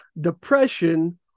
depression